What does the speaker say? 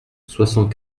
soixante